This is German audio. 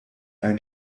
einen